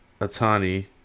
Atani